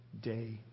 day